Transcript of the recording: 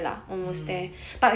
hmm